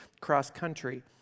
cross-country